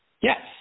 Yes